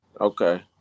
Okay